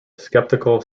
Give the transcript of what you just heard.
skeptical